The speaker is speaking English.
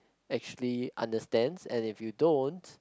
actually understands and if you don't